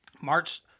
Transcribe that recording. March